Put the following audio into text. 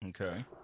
Okay